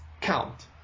count